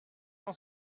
cent